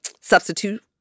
substitute